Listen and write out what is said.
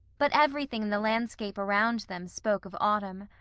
but everything in the landscape around them spoke of autumn.